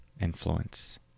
influence